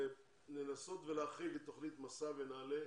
ולנסות ולהחריג את תוכניות 'מסע' ונעל"ה